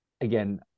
again